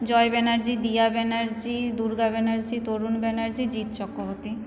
Joy Banerjee Diya Banerjee Durga Banerjee Tarun Banerjee Jeet Chakraborty